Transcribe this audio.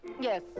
Yes